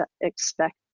expect